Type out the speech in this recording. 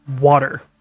water